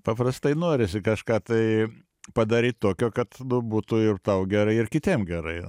paprastai norisi kažką tai padaryt tokio kad būtų ir tau gerai ir kitiem gerai